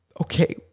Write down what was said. Okay